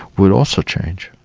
would also change.